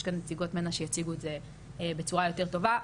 יש כאן נציגות מנ"ע שיציגו את זה בצורה יותר טובה,